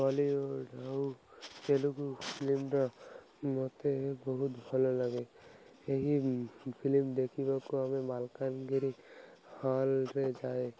Bollywood ଆଉ ତେଲୁଗୁ ଫିଲ୍ମଟି ମୋତେ ବହୁତ ଭଲ ଲାଗେ ଏହି ଫିଲ୍ମ ଦେଖିବାକୁ ଆମେ ମାଲକାନଗିରି ହଲ୍ରେ ଯାଏ